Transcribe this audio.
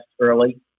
early